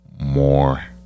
More